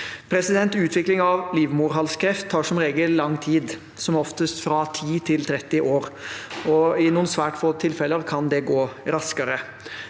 Utvikling av livmorhalskreft tar som regel lang tid, som oftest fra 10 til 30 år. I noen svært få tilfeller kan det gå raskere.